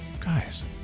Guys